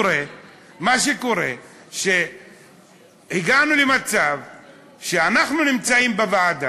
רוצה להתמקד בדברי, חברים, בסוגיית צמצום הפערים.